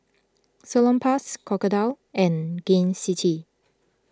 Salonpas Crocodile and Gain City